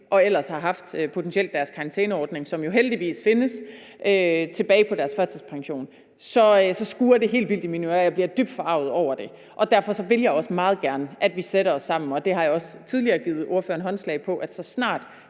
og ellers potentielt har haft deres karantæneordning, som jo heldigvis findes, så skurrer det helt vildt i mine ører. Jeg bliver dybt forarget over det, og derfor vil jeg også meget gerne have, at vi sætter os sammen, og jeg har også tidligere givet ordføreren håndslag på, at så snart